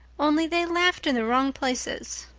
only they laughed in the wrong places.